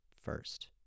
first